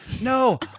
No